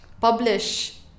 publish